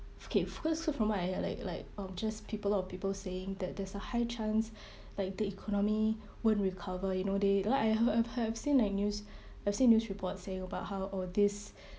okay bec~ from what I like like um just people a lot of people saying that there's a high chance like the economy won't recover you know they like I heard I've heard I've seen like news I've seen news reports saying about how oh this